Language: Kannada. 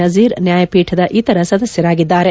ನಜೀರ್ ನ್ಯಾಯಪೀಠದ ಇತರ ಸದಸ್ಯರಾಗಿದ್ದಾರೆ